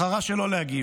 בחרה שלא להגיב,